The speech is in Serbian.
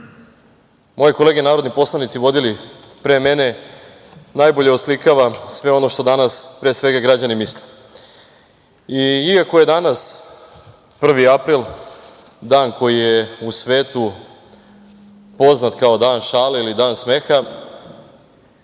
moje kolege narodni poslanici vodili pre mene najbolje oslikava sve ono što danas, pre svega, građani misle. Iako je danas 1. april, dan koji je u svetu poznat kao dan šale ili dan smeha,